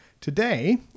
Today